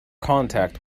contact